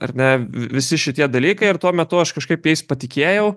ar ne v visi šitie dalykai ir tuo metu aš kažkaip jais patikėjau